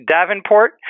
Davenport